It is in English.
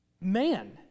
Man